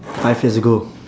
five years ago